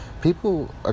people